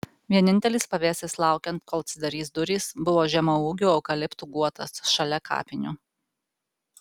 vienintelis pavėsis laukiant kol atsidarys durys buvo žemaūgių eukaliptų guotas šalia kapinių